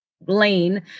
Blaine